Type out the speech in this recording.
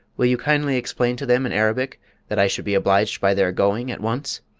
will you kindly explain to them in arabic that i should be obliged by their going at once?